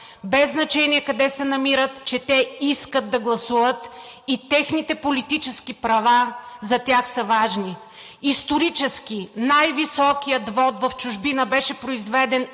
без значение къде се намират, че те искат да гласуват и техните политически права за тях са важни. Исторически най-високият вот в чужбина беше произведен